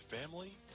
family